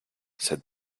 said